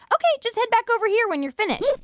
ok. just head back over here when you're finished